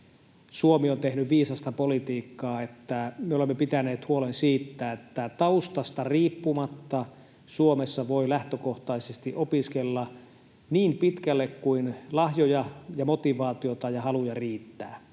Suomi on tehnyt viisasta politiikkaa, kun me olemme pitäneet huolen siitä, että taustasta riippumatta Suomessa voi lähtökohtaisesti opiskella niin pitkälle kuin lahjoja ja motivaatiota ja haluja riittää.